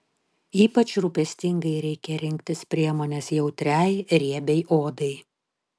ypač rūpestingai reikia rinktis priemones jautriai riebiai odai